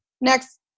next